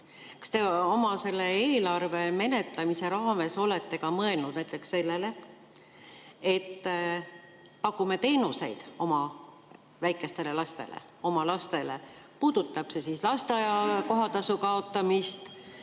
Kas te oma selle [eelnõu] menetlemise raames olete ka mõelnud näiteks sellele, et pakume teenuseid oma väikestele lastele, oma lastele – puudutab see lasteaia kohatasu kaotamist,